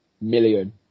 million